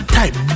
Type